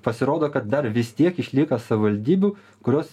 pasirodo kad dar vis tiek išlieka savivaldybių kurios